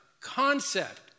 concept